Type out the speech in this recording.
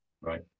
Right